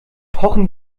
pochen